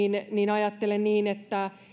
ajattelen niin että